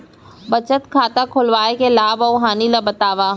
बचत खाता खोलवाय के लाभ अऊ हानि ला बतावव?